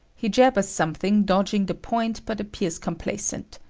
he jabbers something, dodging the point, but appears complacent.